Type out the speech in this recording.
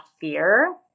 fear